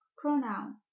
pronoun